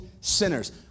sinners